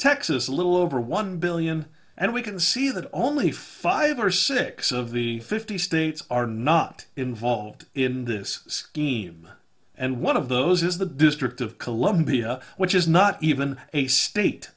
texas a little over one billion and we can see that only five or six of the fifty states are not involved in this scheme and one of those is the district of columbia which is not even a state